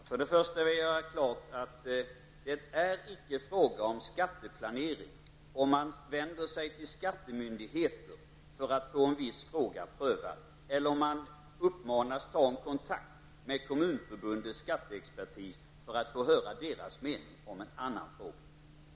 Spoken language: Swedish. Herr talman! Först och främst vill jag göra klart att det inte är fråga om skatteplanering, om man vänder sig till skattemyndigheter för att få en viss fråga prövad eller om man uppmanas att ta kontakt med Kommunförbundets skatteexpertis för att få höra deras mening om en annan fråga.